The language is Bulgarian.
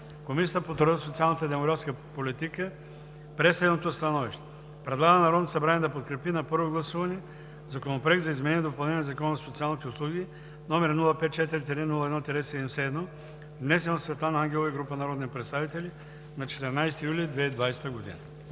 Комисията по труда, социалната и демографската политика прие следното становище: Предлага на Народното събрание да подкрепи на първо гласуване Законопроект за изменение и допълнение на Закона за социалните услуги, № 054-01-71, внесен от Светлана Ангелова и група народни представители на 14 юли 2020 г.“